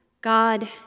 God